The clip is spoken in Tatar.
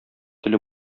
теле